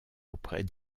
auprès